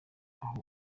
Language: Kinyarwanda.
aho